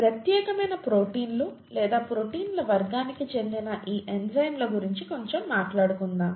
ప్రత్యేకమైన ప్రోటీన్లు లేదా ప్రోటీన్ల వర్గానికి చెందిన ఈ ఎంజైమ్ల గురించి కొంచెం మాట్లాడుకుందాం